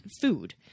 food